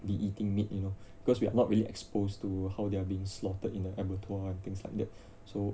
be eating meat you know because we are not really exposed to how they are being slaughtered in the abattoir and things like that so